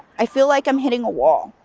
i feel like i'm hitting a wall.